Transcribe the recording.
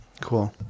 cool